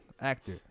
actor